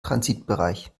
transitbereich